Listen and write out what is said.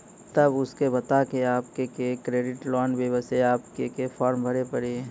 तब उनके बता के आपके के एक क्रेडिट लोन ले बसे आपके के फॉर्म भरी पड़ी?